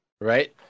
right